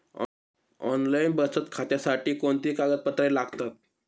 Online बचत खात्यासाठी कोणती कागदपत्रे लागतात?